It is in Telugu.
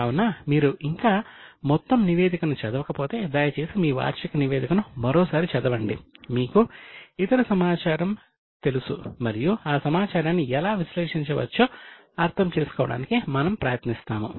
కావున మీరు ఇంకా మొత్తం నివేదికను చదవకపోతే దయచేసి మీ వార్షిక నివేదికను మరోసారి చదవండి మీకు ఇతర సమాచారం తెలుసు మరియు ఆ సమాచారాన్ని ఎలా విశ్లేషించవచ్చో అర్థం చేసుకోవడానికి మనము ప్రయత్నిస్తాము